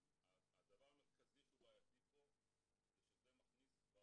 הדבר המרכזי שהוא בעייתי פה זה שזה מכניס את המשטרה